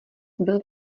byl